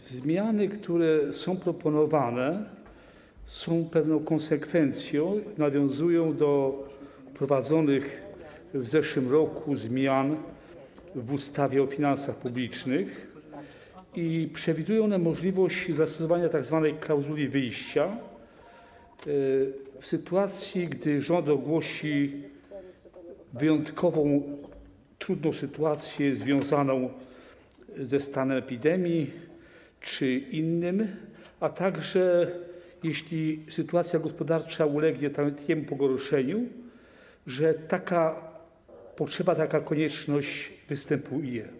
Zmiany, które są proponowane, są pewną konsekwencją, nawiązują do wprowadzonych w zeszłym roku zmian w ustawie o finansach publicznych i przewidują możliwość zastosowania tzw. klauzuli wyjścia, w sytuacji gdy rząd ogłosi wyjątkową, trudną sytuację związaną ze stanem epidemii czy innym, a także jeśli sytuacja gospodarcza ulegnie takiemu pogorszeniu, że taka potrzeba, taka konieczność występuje.